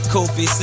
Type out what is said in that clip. Kofi